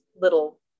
little